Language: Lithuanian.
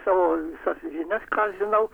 savo visas žinias ką žinau